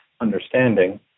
understanding